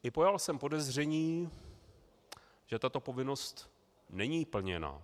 I pojal jsem podezření, že tato povinnost není plněna.